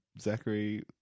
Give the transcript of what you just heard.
Zachary